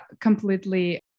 completely